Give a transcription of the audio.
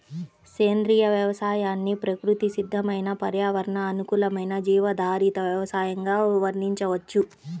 సేంద్రియ వ్యవసాయాన్ని ప్రకృతి సిద్దమైన పర్యావరణ అనుకూలమైన జీవాధారిత వ్యవసయంగా వర్ణించవచ్చు